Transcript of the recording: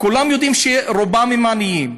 כולם יודעים שרובם עניים,